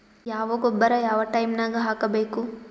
ಯಾವ ಗೊಬ್ಬರ ಯಾವ ಟೈಮ್ ನಾಗ ಹಾಕಬೇಕು?